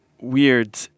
weird